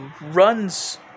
runs